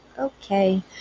Okay